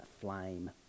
flame